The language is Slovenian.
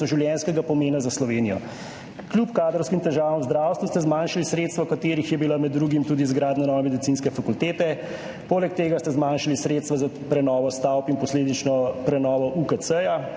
da so življenjskega pomena za Slovenijo. Kljub kadrovskim težavam v zdravstvu ste zmanjšali sredstva, v katerih je bila med drugimi tudi izgradnja nove medicinske fakultete, poleg tega ste zmanjšali sredstva za prenovo stavb in posledično prenovo UKC